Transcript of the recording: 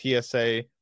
TSA